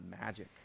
magic